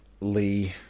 Lee